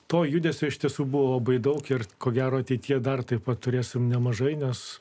to judesio iš tiesų buvo labai daug ir ko gero ateityje dar taip pat turėsime nemažai nes